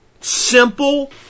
simple